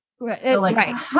Right